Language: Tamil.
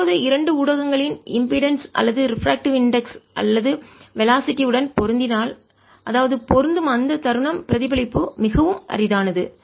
எப்போது இரண்டு ஊடகங்களின் இம்பீடன்ஸ் மின் மறுப்பு அல்லது ரிஃராக்ட்டிவ் இன்டெக்ஸ் ஒளிவிலகல் குறியீடு அல்லது வெலாசிட்டி திசைவேகங்கள் உடன் பொருந்தினால் அதாவது பொருந்தும் அந்த தருணம் பிரதிபலிப்பு மிகவும் அரிதானது